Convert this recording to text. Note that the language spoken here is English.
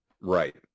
Right